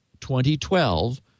2012